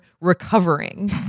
recovering